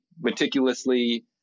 meticulously